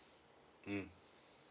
mm